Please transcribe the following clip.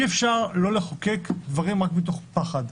אי אפשר לא לחוקק דברים רק מתוך פחד.